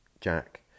Jack